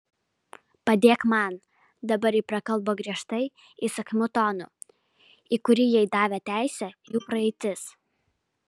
padėk man dabar ji prakalbo griežtai įsakmiu tonu į kurį jai davė teisę jų praeitis